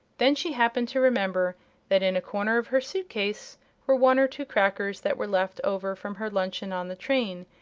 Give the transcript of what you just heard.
then she happened to remember that in a corner of her suit-case were one or two crackers that were left over from her luncheon on the train,